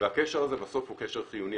והקשר הזה בסוף הוא קשר חיוני.